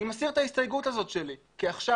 אני מסיר את ההסתייגות הזאת שלי כי עכשיו